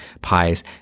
pies